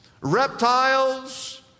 reptiles